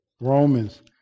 Romans